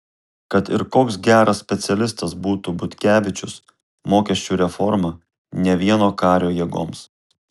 kad ir koks geras specialistas būtų butkevičius mokesčių reforma ne vieno kario jėgoms